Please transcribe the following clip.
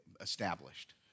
established